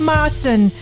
Marston